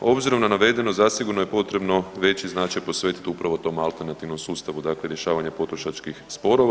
Obzirom na navedeno zasigurno je potrebno veći značaj posvetiti upravo tom alternativnom sustavu dakle rješavanja potrošačkih sporova.